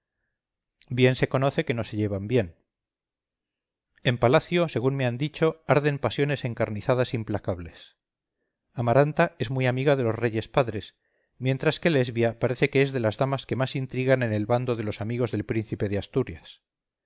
bien se conoce que no se llevan bien en palacio según me han dicho arden pasiones encarnizadas implacables amaranta es muy amiga de los reyes padres mientras que lesbia parece que es de las damas que más intrigan en el bando de los amigos del príncipe de asturias